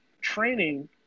training